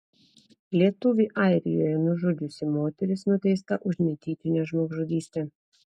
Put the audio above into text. lietuvį airijoje nužudžiusi moteris nuteista už netyčinę žmogžudystę